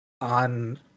on